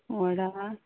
वडा